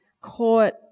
caught